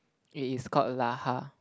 it is called Lahar